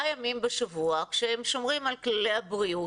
ימים בשבוע כשהם שומרים על כללי הבריאות.